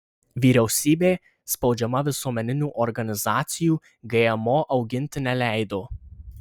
vyriausybė spaudžiama visuomeninių organizacijų gmo auginti neleido